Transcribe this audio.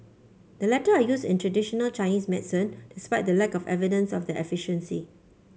the latter are used in traditional Chinese medicine despite the lack of evidence of their efficiency